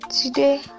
Today